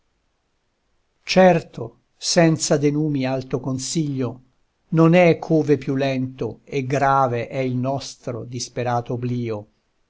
certo senza de numi alto consiglio non è ch'ove più lento e grave è il nostro disperato obblio